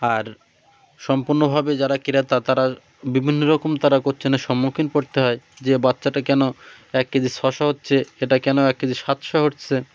আর সম্পূর্ণভাবে যারা ক্রেতা তারা বিভিন্ন রকম তারা কোয়েশ্চেনের সম্মুখীন পড়তে হয় যে বাচ্চাটা কেন এক কেজি ছশো হচ্ছে এটা কেন এক কেজি সাতশো হচ্ছে